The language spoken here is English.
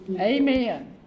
Amen